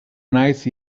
nice